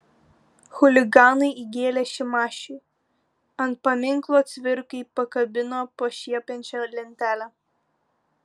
chuliganai įgėlė šimašiui ant paminklo cvirkai pakabino pašiepiančią lentelę